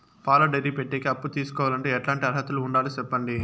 పాల డైరీ పెట్టేకి అప్పు తీసుకోవాలంటే ఎట్లాంటి అర్హతలు ఉండాలి సెప్పండి?